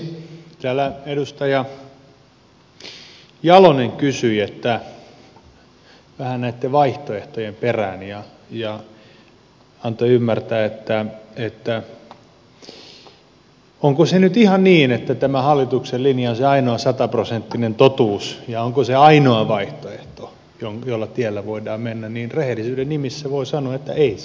täällä edustaja jalonen kysyi vähän näitten vaihtoehtojen perään ja antoi ymmärtää että onko se nyt ihan niin että tämä hallituksen linja on se ainoa sataprosenttinen totuus ja onko se ainoa vaihtoehto jolla tiellä voidaan mennä niin rehellisyyden nimissä voi sanoa että ei se ole ainoa vaihtoehto